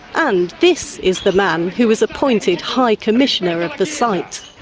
and this is the man who was appointed high commissioner of the site